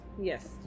Yes